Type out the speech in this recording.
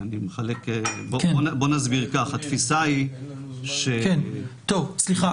התפיסה היא --- סליחה,